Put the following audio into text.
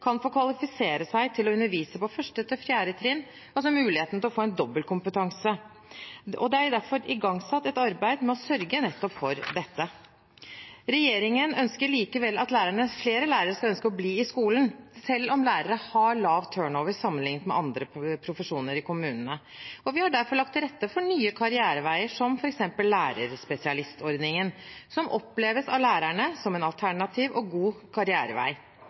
kan få kvalifisere seg til å undervise på 1.–4. trinn, altså en mulighet til å få en dobbeltkompetanse. Det er derfor igangsatt et arbeid med å sørge for nettopp dette. Regjeringen ønsker likevel at flere lærere skal ønske å bli i skolen – selv om lærere har lav turnover sammenlignet med andre profesjoner i kommunene. Vi har derfor lagt til rette for nye karriereveier, som f.eks. lærerspesialistordningen, som oppleves av lærerne som en alternativ og god karrierevei.